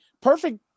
perfect